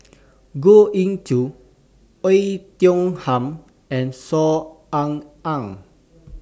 Goh Ee Choo Oei Tiong Ham and Saw Ean Ang